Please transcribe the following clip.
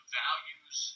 values